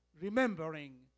remembering